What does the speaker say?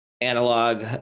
analog